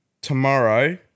tomorrow